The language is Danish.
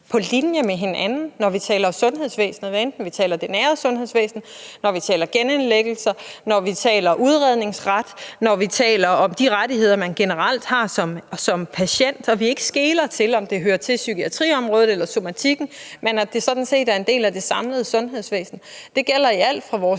på linje med hinanden, når vi taler sundhedsvæsenet, hvad enten vi taler det nære sundhedsvæsen, vi taler genindlæggelser, vi taler udredningsret, eller vi taler om de rettigheder, man generelt har som patient; og at vi ikke skeler til, om det hører til psykiatriområdet eller somatikken, men at vi sådan set ser det som en del af det samlede sundhedsvæsen.